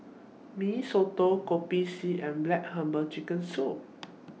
Mee Soto Kopi C and Black Herbal Chicken Soup